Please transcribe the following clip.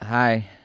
hi